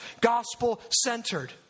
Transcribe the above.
gospel-centered